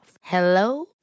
Hello